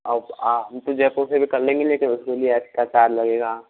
हम तो जयपुर से भी कर लेंगे लेकिन उसके लिए एक्स्ट्रा चार्ज लगेगा